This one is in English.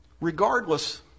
Regardless